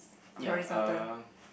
ya uh